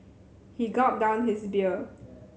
he gulped down his beer